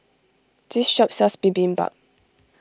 this shop sells Bibimbap